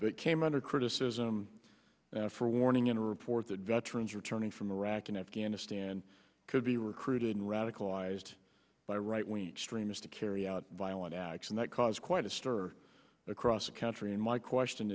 that came under criticism for warning in a report that veterans returning from iraq and afghanistan could be recruited and radicalized by right wing extremist to carry out violent acts and that caused quite a stir across the country and my question